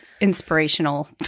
inspirational